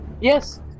Yes